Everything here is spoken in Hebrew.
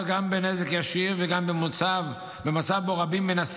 גם בנזק ישיר וגם במצב שבו רבים מנסים,